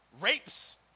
rapes